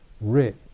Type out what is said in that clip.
rich